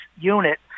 unit